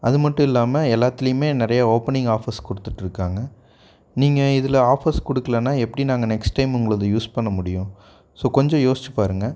அது மட்டும் இல்லாமல் எல்லாத்துலையுமே நிறைய ஓப்பனிங் ஆஃபர்ஸ் கொடுத்துட்ருக்காங்க நீங்கள் இதில் ஆஃபர்ஸ் கொடுக்கலன்னா எப்படி நாங்கள் நெக்ஸ்ட் டைம் உங்களுது யூஸ் பண்ண முடியும் ஸோ கொஞ்சம் யோசிச்சி பாருங்க